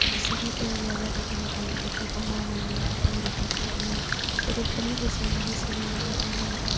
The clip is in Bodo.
बिसोरनि फोरोंनाय बायदि दिनै आं गेदेरफोरखौ मान होनो आरो उन्दैफोरखौ अननो गेदेरफोरनि बोसोन बायदि सोलिनो मोजां लामाखौ